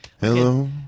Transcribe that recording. Hello